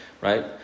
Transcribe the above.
right